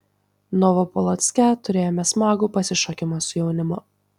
novopolocke turėjome smagų pasišokimą su jaunimu